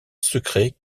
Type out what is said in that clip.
secret